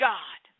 God